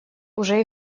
уже